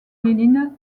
lénine